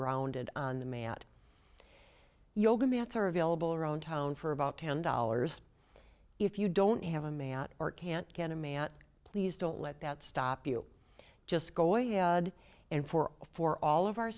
grounded on the mat yoga mats are available around town for about ten dollars if you don't have a man or can't get a man please don't let that stop you just go ahead and for for all of our